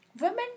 Women